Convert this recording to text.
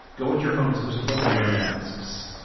go into your homes, most importantly, wear masks.